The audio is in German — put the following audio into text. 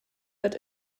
wird